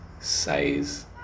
size